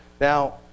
Now